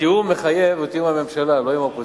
תיאום מחייב הוא תיאום עם הממשלה ולא עם האופוזיציה.